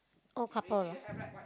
old couple